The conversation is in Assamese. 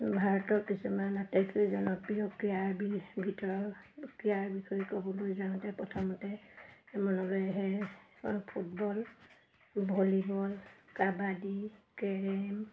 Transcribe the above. ভাৰতৰ কিছুমান আটাইতকৈ জনপ্ৰিয় ক্ৰীড়াৰ বি বিতৰ ক্ৰীড়াৰ বিষয়ে ক'বলৈ যাওঁতে প্ৰথমতে মনলৈ আহে ফুটবল ভলীবল কাবাডী কেৰ'ম